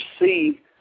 see